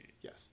Yes